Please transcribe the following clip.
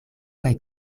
kaj